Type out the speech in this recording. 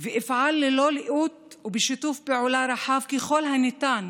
ואפעל ללא לאות ובשיתוף פעולה רחב ככל הניתן